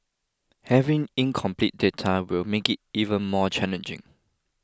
having incomplete data will make it even more challenging